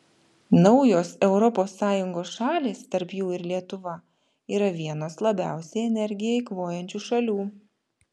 naujos europos sąjungos šalys tarp jų ir lietuva yra vienos labiausiai energiją eikvojančių šalių